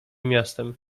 miastem